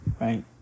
right